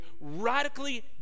radically